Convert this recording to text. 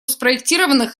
спроектированных